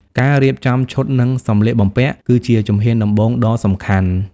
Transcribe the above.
ការរៀបចំឈុត និងសម្លៀកបំពាក់ គឺជាជំហានដំបូងដ៏សំខាន់។